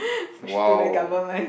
!wow!